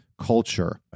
culture